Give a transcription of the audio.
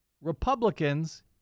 Republicans